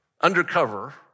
undercover